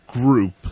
group